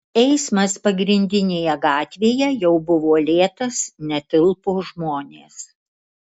eismas pagrindinėje gatvėje jau buvo lėtas netilpo žmonės